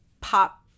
pop